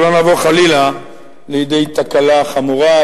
שלא נבוא חלילה לידי תקלה חמורה.